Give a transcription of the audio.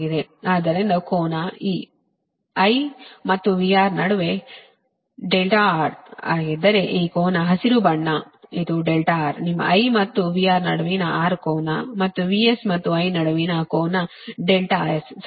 ಆದ್ದರಿಂದ ಕೋನ ಈ I ಮತ್ತು VR ನಡುವೆ R ಆಗಿದ್ದರೆ ಈ ಕೋನ ಹಸಿರು ಬಣ್ಣ ಇದು R ನಿಮ್ಮ I ಮತ್ತು VR ನಡುವಿನ R ಕೋನ ಮತ್ತು VS ಮತ್ತು I ನಡುವಿನ ಕೋನ Sಸರಿನಾ